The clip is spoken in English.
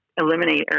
eliminate